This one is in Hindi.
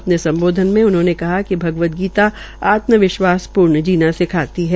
अपने सम्बोध्न में उन्होंने कहा कि भगवद गीता आत्मविश्वास पूर्ण जीना सिखाती है